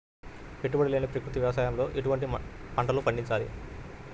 పెట్టుబడి లేని ప్రకృతి వ్యవసాయంలో ఎటువంటి పంటలు పండించాలి?